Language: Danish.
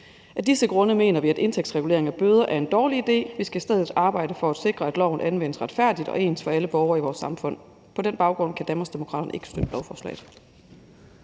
Af disse grunde mener vi, at indtægtsregulering af bøder er en dårlig idé. Vi skal i stedet arbejde for at sikre, at loven anvendes retfærdigt og ens for alle borgere i vores samfund. På den baggrund kan Danmarksdemokraterne ikke støtte lovforslaget.